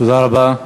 תודה רבה.